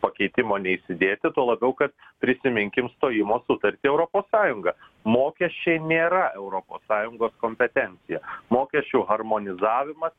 pakeitimo neįsidėti tuo labiau kad prisiminkim stojimo sutartį į europos sąjungą mokesčiai nėra europos sąjungos kompetencija mokesčių harmonizavimas